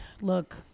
Look